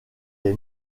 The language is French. est